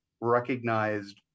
recognized